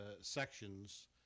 sections